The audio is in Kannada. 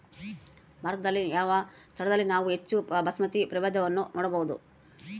ಭಾರತದಲ್ಲಿ ಯಾವ ಸ್ಥಳದಲ್ಲಿ ನಾವು ಹೆಚ್ಚು ಬಾಸ್ಮತಿ ಪ್ರಭೇದವನ್ನು ನೋಡಬಹುದು?